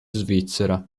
svizzera